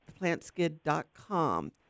plantskid.com